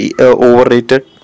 overrated